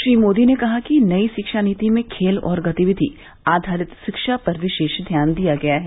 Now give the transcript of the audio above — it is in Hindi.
श्री मोदी ने कहा कि नई शिक्षा नीति में खेल और गतिविधि आधारित शिक्षा पर विशेष ध्यान दिया गया है